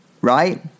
right